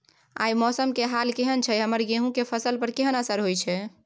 आय मौसम के हाल केहन छै हमर गेहूं के फसल पर केहन असर होय छै?